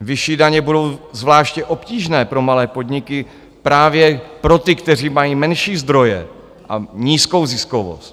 Vyšší daně budou zvláště obtížné pro malé podniky, právě pro ty, kteří mají menší zdroje a nízkou ziskovost.